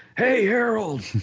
hey harold,